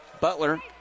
Butler